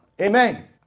Amen